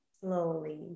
slowly